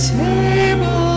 table